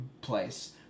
place